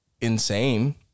insane